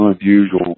unusual